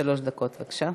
שלוש דקות, בבקשה.